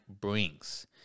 brings